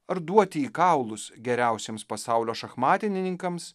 ar duoti į kaulus geriausiems pasaulio šachmatininkams